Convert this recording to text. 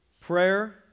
prayer